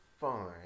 fine